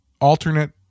alternate